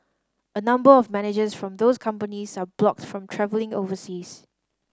a number of managers from those companies are blocked from travelling overseas